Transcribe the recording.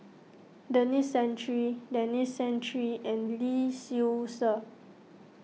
Denis Santry Denis Santry and Lee Seow Ser